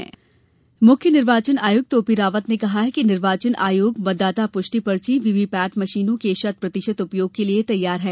निर्वाचन आयुक्त मुख्य निर्वाचन आयुक्त ओपी रावत ने कहा है कि निर्वाचन आयोग मतदाता प्रष्टि पर्ची वीवीपैट मशीनों के शत प्रतिशत उपयोग के लिए तैयार है